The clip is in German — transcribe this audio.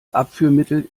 abführmittel